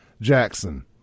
Jackson